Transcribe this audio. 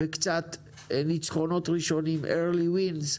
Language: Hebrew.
וקצת ניצחונות ראשונים early wins,